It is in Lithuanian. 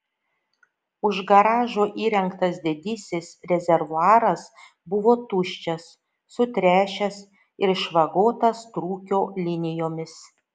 už garažo įrengtas didysis rezervuaras buvo tuščias sutręšęs ir išvagotas trūkio linijomis